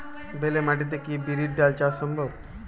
বেলে মাটিতে কি বিরির ডাল চাষ সম্ভব?